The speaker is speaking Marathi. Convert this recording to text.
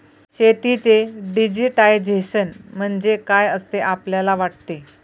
शेतीचे डिजिटायझेशन म्हणजे काय असे आपल्याला वाटते?